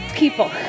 people